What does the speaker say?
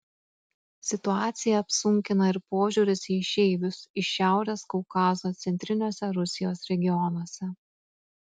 situaciją apsunkina ir požiūris į išeivius iš šiaurės kaukazo centriniuose rusijos regionuose